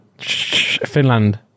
Finland